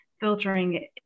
filtering